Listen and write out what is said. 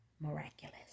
miraculous